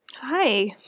Hi